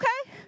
okay